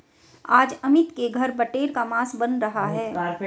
आज अमित के घर बटेर का मांस बन रहा है